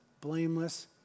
blameless